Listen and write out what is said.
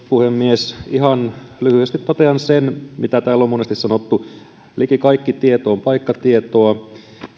puhemies ihan lyhyesti totean sen mitä täällä on monesti sanottu liki kaikki tieto on paikkatietoa